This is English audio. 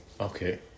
Okay